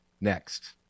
next